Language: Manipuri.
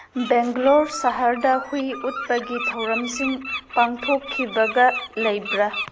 ꯕꯦꯡꯒ꯭ꯂꯣꯔ ꯁꯍꯔꯗ ꯍꯨꯏ ꯎꯠꯄꯒꯤ ꯊꯧꯔꯝꯁꯤꯡ ꯄꯥꯡꯊꯣꯛꯈꯤꯕꯒ ꯂꯩꯕ꯭ꯔꯥ